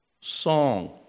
song